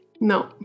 No